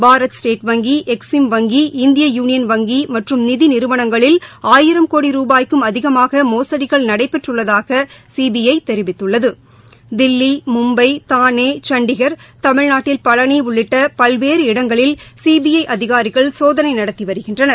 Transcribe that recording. Bharat state வங்கி EXIM வங்கி இந்திய யுனியன் வங்கி மற்றும் நிதி நிறுவனங்களில் ஆயிரம் கோடி ரூபாய்க்கும் அதிகமாக மோசடிகள் நடைபெற்றுள்ளதாக சிபிஐ தெரிவித்துள்ளது தில்லி மும்பை தானே சண்டிகர் தமிழ்நாட்டில் பழனி உள்ளிட்ட பல்வேறு இடங்களில் சிபிஐ அதிகாரிகள் சோதனை நடத்தி வருகின்றனர்